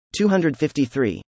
253